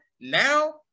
Now